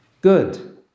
good